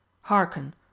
hearken